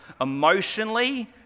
emotionally